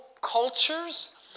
cultures